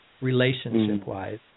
relationship-wise